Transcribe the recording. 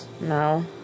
No